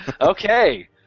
Okay